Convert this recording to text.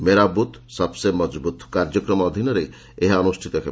ମେରା booth Sabse Mazboot କାର୍ଯ୍ୟକ୍ରମ ଅଧୀନରେ ଏହା ଅନୁଷ୍ଠିତ ହେବ